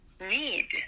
need